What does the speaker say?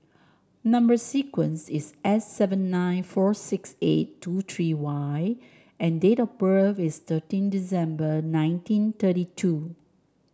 number sequence is S seven nine four six eight two three Y and date of birth is thirteen December nineteen thirty two